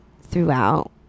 throughout